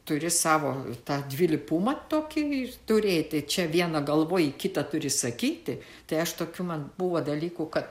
turi savo tą dvilypumą tokį turėti čia viena galvoj kita turi sakyti tai aš tokių man buvo dalykų kad